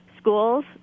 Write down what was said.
schools